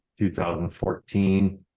2014